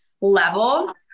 level